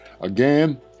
Again